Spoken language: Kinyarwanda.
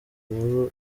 inkuru